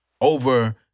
over